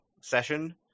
session